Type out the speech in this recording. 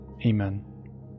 Amen